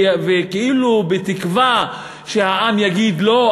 וכאילו בתקווה שהעם יגיד לא?